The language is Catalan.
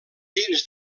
dins